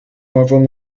waarvan